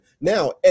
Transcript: Now